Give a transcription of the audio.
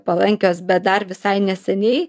palankios bet dar visai neseniai